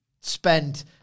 spent